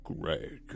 Greg